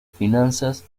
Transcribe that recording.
finanzas